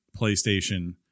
PlayStation